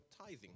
tithing